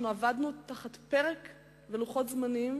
עבדנו לפי לוחות זמנים